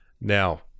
Now